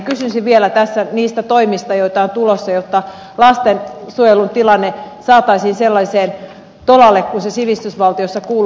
kysyisin vielä tässä niistä toimista joita on tulossa jotta lastensuojelun tilanne saataisiin sellaiselle tolalle kuin sivistysvaltiossa kuuluu